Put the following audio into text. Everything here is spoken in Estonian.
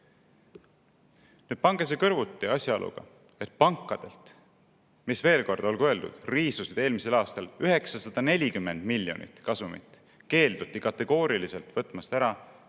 Nüüd pange see kõrvuti asjaoluga, et pankadelt, mis – veel kord olgu öeldud – riisusid eelmisel aastal 940 miljonit eurot kasumit, keelduti kategooriliselt võtmast